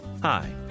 Hi